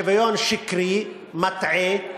בשוויון שקרי, מטעה ומוטעה,